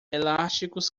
elásticos